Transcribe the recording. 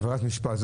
ברירת משפט.